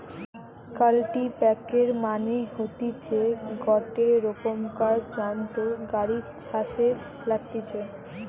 কাল্টিপ্যাকের মানে হতিছে গটে রোকমকার যন্ত্র গাড়ি ছাসে লাগতিছে